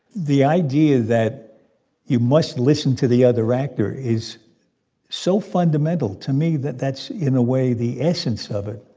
the idea that you must listen to the other actor is so fundamental to me that that's in a way the essence of it.